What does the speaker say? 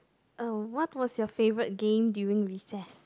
uh what was your favourite game during recess